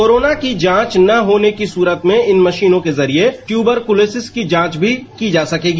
corona की जांच ना होने की सूरत में इन मशीनों के जरिये ट्वूबरकोलेसिस की जांच भी की जा सकेगी